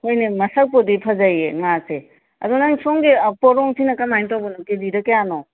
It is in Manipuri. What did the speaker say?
ꯍꯣꯏꯅꯦ ꯃꯁꯛꯄꯨꯗꯤ ꯐꯖꯩꯌꯦ ꯉꯥꯁꯦ ꯑꯗꯣ ꯅꯪ ꯁꯣꯝꯒꯤ ꯄꯣꯔꯣꯡꯁꯤꯅ ꯀꯃꯥꯏꯟ ꯇꯧꯕꯅꯣ ꯀꯦꯖꯤꯗ ꯀꯌꯥꯅꯣ